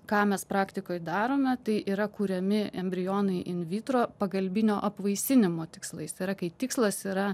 ką mes praktikoj darome tai yra kuriami embrionai invitro pagalbinio apvaisinimo tikslais yra kai tikslas yra